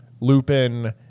Lupin